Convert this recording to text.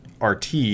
RT